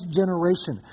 generation